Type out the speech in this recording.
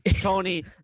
Tony